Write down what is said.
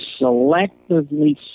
selectively